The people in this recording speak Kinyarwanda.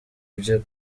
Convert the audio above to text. bye